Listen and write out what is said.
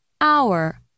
hour